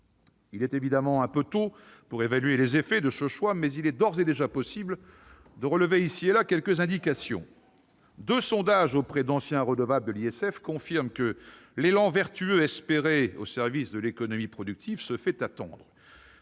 Il est évidemment un peu tôt pour évaluer les effets de ce choix, mais il est d'ores et déjà possible de relever ici et là quelques indications. Deux sondages réalisés auprès d'anciens redevables de l'ISF confirment que l'élan vertueux espéré au service de l'économie productive se fait attendre.